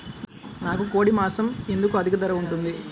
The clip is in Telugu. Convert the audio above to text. నాకు కోడి మాసం ఎందుకు అధిక ధర ఉంటుంది?